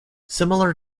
similar